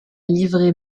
livrée